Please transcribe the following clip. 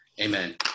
amen